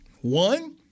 one